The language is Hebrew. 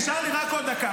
נשארה לי רק עוד דקה.